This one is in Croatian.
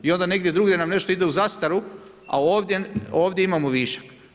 I onda negdje drugdje nam nešto ide u zastaru a ovdje imamo višak.